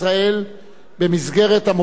במסגרת המוסד לעלייה ב'.